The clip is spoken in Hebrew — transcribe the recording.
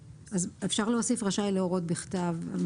אפשר להוסיף ש"רשאי להורות בכתב".